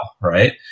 right